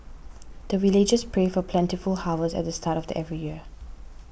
the villagers pray for plentiful harvest at the start of every year